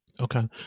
Okay